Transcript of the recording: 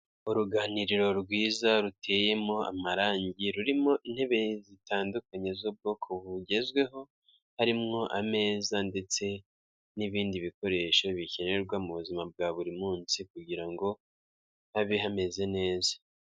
Uruganiriro rwiza, ruteyemo amarangi ,rurimo intebe zitandukanye z'ubwoko bugezweho, harimo ameza ndetse n'ibindi bikoresho bikenerwa mu buzima bwa buri munsi kugira ngo habe hameze neza.